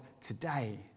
today